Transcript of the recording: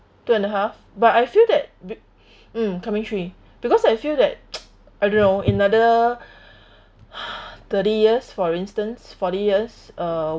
two and a half but I feel that be~ mm coming three because I feel that I don't know in another thirty years for instance forty years uh